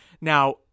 Now